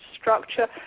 structure